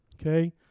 okay